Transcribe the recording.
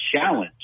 challenge